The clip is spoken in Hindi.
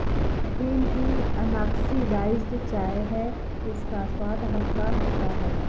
ग्रीन टी अनॉक्सिडाइज्ड चाय है इसका स्वाद हल्का होता है